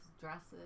dresses